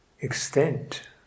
extent